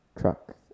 truck